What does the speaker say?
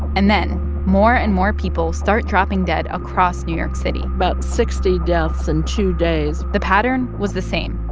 and then more and more people start dropping dead across new york city about sixty deaths in two days the pattern was the same.